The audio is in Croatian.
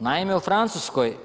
Naime u Francuskoj